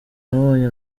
nabonye